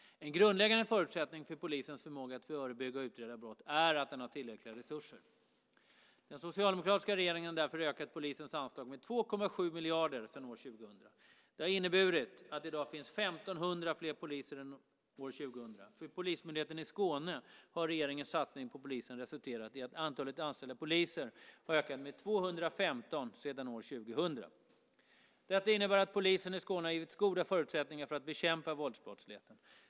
En grundläggande förutsättning för polisens förmåga att förebygga och utreda brott är att den har tillräckliga resurser. Den socialdemokratiska regeringen har därför ökat polisens anslag med 2,7 miljarder sedan år 2000. Det har inneburit att det i dag finns 1 500 fler poliser än år 2000. För Polismyndigheten i Skåne har regeringens satsning på polisen resulterat i att antalet anställda poliser har ökat med 215 sedan år 2000. Detta innebär att polisen i Skåne har givits goda förutsättningar för att bekämpa våldsbrottsligheten.